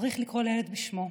צריך לקרוא לילד בשמו: